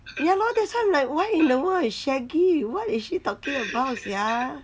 ya lor that's why I'm like what in the world is shaggy what is shaggy what is she talking about sia